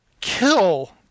kill